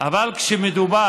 אבל כשמדובר